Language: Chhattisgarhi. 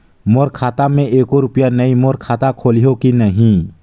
मोर खाता मे एको रुपिया नइ, मोर खाता खोलिहो की नहीं?